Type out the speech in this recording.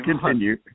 continue